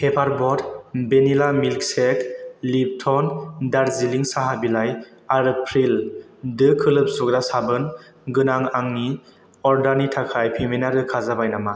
paper boat vanilla milkshake Lipton Darjeeling साहा बिलाइ आरो प्रिल दो खोलब सुग्रा साबोन गोनां आंनि अर्डारनि थाखाय पेमेन्टा रोखा जाबाय नामा